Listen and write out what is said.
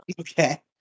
Okay